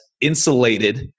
insulated